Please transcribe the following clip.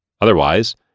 Otherwise